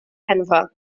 penfro